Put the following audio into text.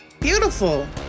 Beautiful